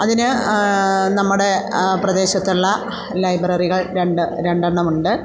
അതിന് നമ്മുടെ പ്രദേശത്തുള്ള ലൈബ്രറികൾ രണ്ട് രണ്ട് എണ്ണമുണ്ട്